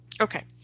Okay